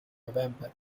november